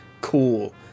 Cool